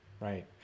right